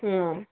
ಹ್ಞೂ